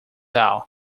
down